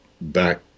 back